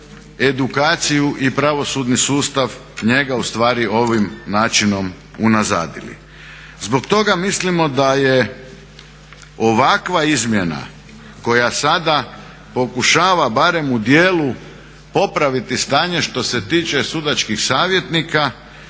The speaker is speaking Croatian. edukaciju i pravosudni sustav njega ustvari ovim načinom unazadili. Zbog toga mislimo da je ovakva izmjena koja sada pokušava barem u dijelu popraviti stanje što se tiče sudačkih savjetnika